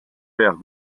paire